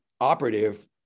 operative